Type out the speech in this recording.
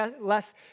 less